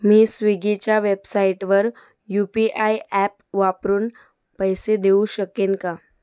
मी स्विगीच्या वेबसाईटवर U P I app वापरून पैसे देऊ शकेन का